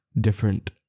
different